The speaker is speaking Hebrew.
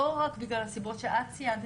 לא רק בגלל הסיפור שאת ציינת,